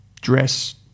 dress